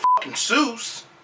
Seuss